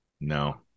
No